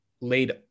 laid